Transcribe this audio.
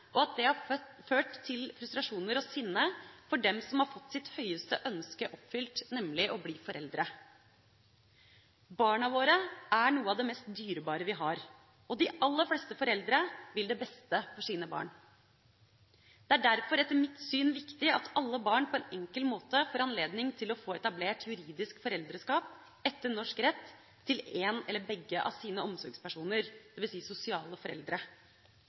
og at det har ført til frustrasjon og sinne hos dem som har fått sitt høyeste ønske oppfylt, nemlig å bli foreldre. Barna våre er noe av det mest dyrebare vi har, og de aller fleste foreldre vil det beste for sine barn. Det er derfor etter mitt syn viktig at alle barn på en enkel måte får anledning til å få etablert juridisk foreldreskap etter norsk rett til en eller begge av sine omsorgspersoner, dvs. sosiale foreldre.